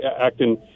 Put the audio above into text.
acting